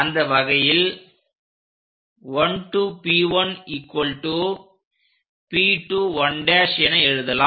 அந்த வகையில் 1 P1 P 1' என எழுதலாம்